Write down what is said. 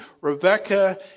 Rebecca